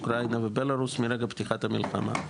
אוקראינה ובלארוס מרגע פתיחת המלחמה.